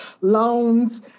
loans